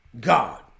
God